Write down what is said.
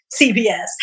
CBS